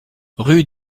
rue